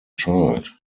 child